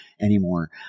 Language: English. anymore